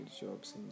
jobs